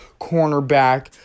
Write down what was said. cornerback